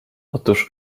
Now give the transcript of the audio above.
otóż